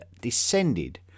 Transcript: descended